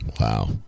Wow